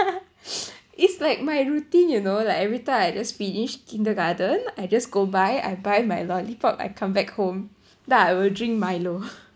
it's like my routine you know like everytime I just finished kindergarten I just go buy I buy my lollipop I come back home then I will drink milo